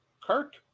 Kirk